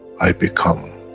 i become,